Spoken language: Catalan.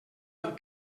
del